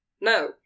No